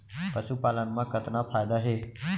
पशुपालन मा कतना फायदा हे?